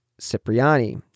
cipriani